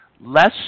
less